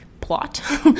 Plot